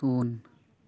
ᱥᱩᱱ